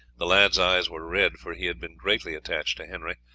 the lad's eyes were red, for he had been greatly attached to henry,